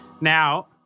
Now